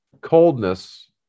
coldness